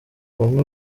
bamwe